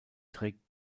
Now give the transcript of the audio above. trägt